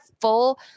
full